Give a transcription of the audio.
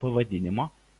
pavadinimo